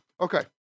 Okay